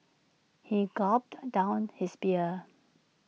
he gulped down his beer